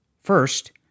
First